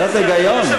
קצת היגיון.